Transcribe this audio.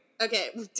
Okay